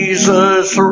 Jesus